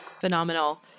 Phenomenal